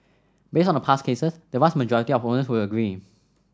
based on past cases the vast majority of owners would agree